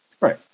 Right